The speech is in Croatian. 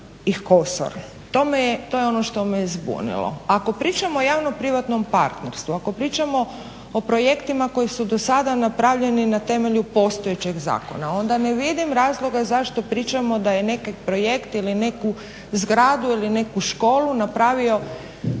To je ono što me je zbunilo. Ako pričamo o javno-privatnom partnerstvu, ako pričamo o projektima koji su do sada napravljeni na temelju postojećeg zakona, onda ne vidim razloga zašto pričamo da je neki projekt ili neku zgradu ili neku školu napravila